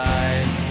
eyes